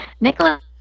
Nicholas